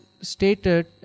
stated